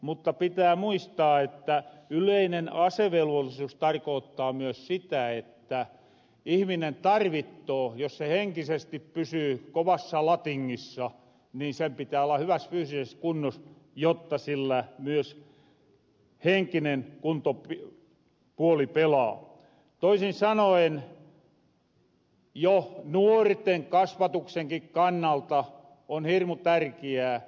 mutta pitää muistaa että yleinen asevelvollisuus tarkoottaa myös sitä että ihminen tarvittoo sitä jotta se henkisesti pysyy kovassa latingissa että sen pitää olla hyväs fyysises kunnos jotta sillä myös henkinen kuntopuoli pelaa toisin sanoen se jo nuorten kasvatuksenkin kannalta on hirmu tärkiää